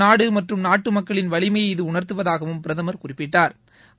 நாடு மற்றும் நாட்டு மக்களின் வலிமையை இது உணா்த்துவதாகவும் பிரதமா் குறிப்பிட்டாா்